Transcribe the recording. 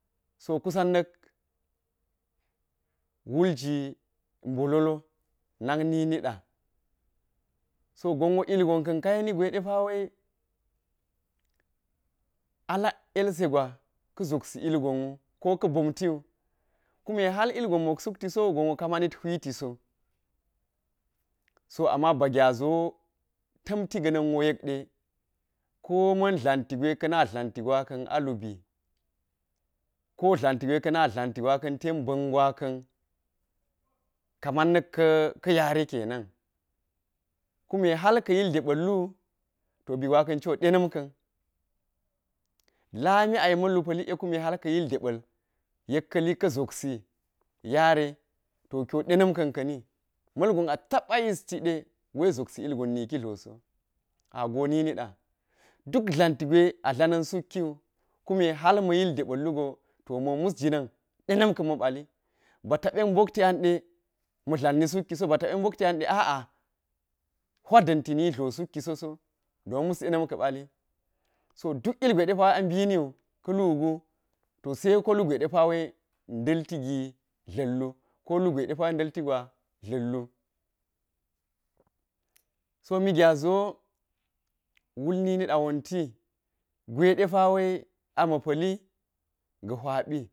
So kusan na̱k wulji bololo na̱k niniɗa so gonwo ilgonkan ka yeni ɗepa̱wa̱i, alak yelsegwa ka̱ zobsi ilgonwu ko ka̱ bomtiwu kume har ilgon mok suktisa gonwu ka̱ manit huitiso. So amma ba gyaziwo tamtiganinwo yekdre komin tlanti gwe ka̱na̱ tlanti ten ba̱n gwakan. Ka̱ma̱n na̱kka̱ yare kena̱n, kume ha̱r ka̱ yill deba̱l wul, to bi gwa̱ka̱n cho ɗena̱mka̱n la̱mi a yek ma̱llu pa̱llik ye kume ha̱r ka̱yil deba̱l yek ka̱li zobai yare to kiwu ɗena̱m ka̱n ka̱ni, ma̱lgun a da̱pa̱ yistiɗe wa̱i zobai ilgon niki tloso, a go ninida, duk dlanti gwo a tla̱na̱n suk kiwu. Kume har ma̱ yildeba̱l lgo to mo musjinan ɗena̱m ka̱n ma̱ pa̱lli ba̱ ta̱bbek bokti a̱nɗe ma̱ dla̱nni sukkiso ba ta̱bbek bokti ande a'a, hui da̱nti ni tlo sukki so, don mus dena̱m ka̱ pa̱lli so duk ilgwe ɗepa̱ wai a biniwu kallu gu to sai ku lugwawai ɗalti gi tla̱kwu ko lugwai ɗalti gwa tlalwu, to mi gyaziwo, klul ninaɗa wanti gwa̱ɗepa̱ wai ama̱ pa̱lli ga̱ huipi.